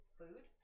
food